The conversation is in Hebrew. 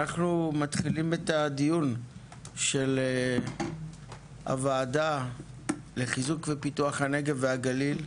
אנחנו מתחילים את הדיון של הוועדה לחיזוק ופיתוח הנגב והגליל.